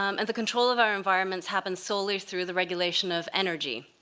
um and the control of our environments happened solely through the regulation of energy.